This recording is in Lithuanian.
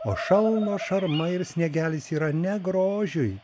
o šalnos šarma ir sniegelis yra ne grožiui